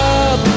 up